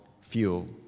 fuel